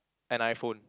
an iPhone